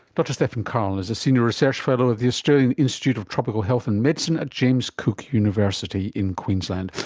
but stephan karl is a senior research fellow at the australian institute of tropical health and medicine at james cook university in queensland.